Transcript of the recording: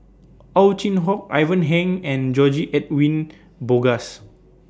Ow Chin Hock Ivan Heng and George Edwin Bogaars